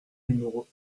numéro